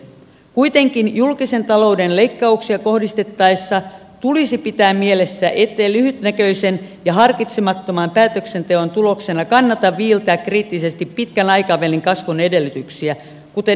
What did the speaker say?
kuitenkin julkisen talouden leikkauksia kohdistettaessa tulisi pitää mielessä ettei lyhytnäköisen ja harkitsemattoman päätöksenteon tuloksena kannata viiltää kriittisesti pitkän aikavälin kasvun edellytyksiä kuten esimerkiksi koulutusta